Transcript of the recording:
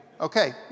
Okay